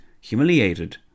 humiliated